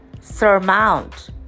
surmount